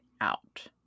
out